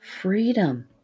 freedom